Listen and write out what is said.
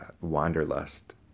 Wanderlust